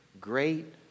Great